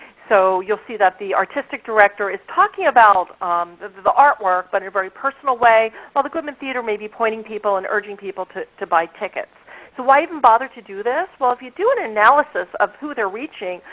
so you'll see that the artistic director is talking about the the artwork, but in a very personal way, while the goodman theatre may be pointing people and urging people to to buy tickets. so why even bother to do this? well, if you do and analysis of who they're reaching,